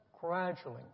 gradually